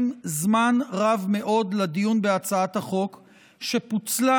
זמן רב מאוד לדיון בהצעת החוק שפוצלה,